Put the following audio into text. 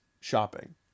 shopping